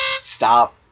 Stop